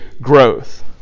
growth